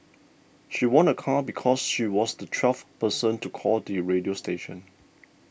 she won a car because she was the twelfth person to call the radio station